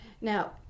Now